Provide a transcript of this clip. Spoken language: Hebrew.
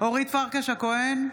אורית פרקש הכהן,